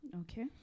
Okay